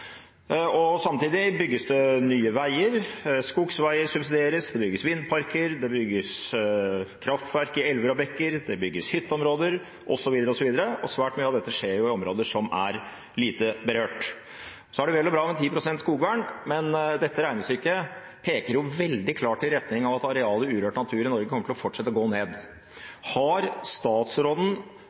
Samtidig bygges det nye veier, skogsveier subsidieres, det bygges vindparker, det bygges kraftverk i elver og bekker, det bygges hytteområder, osv., og svært mye av det skjer i områder som er lite berørt. Så er det vel og bra med 10 pst. skogvern, men dette regnestykket peker jo veldig klart i retning av at arealet urørt natur i Norge kommer til å fortsette å gå ned. Har statsråden